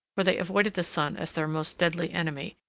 for they avoided the sun as their most deadly enemy,